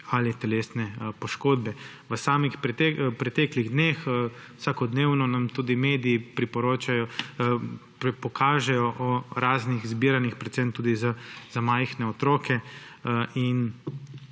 ali telesne poškodbe. V preteklih dneh, vsakodnevno nam tudi mediji poročajo o raznih zbiranjih, predvsem tudi za majhne otroke, in